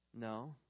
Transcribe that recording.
No